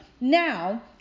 Now